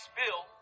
bill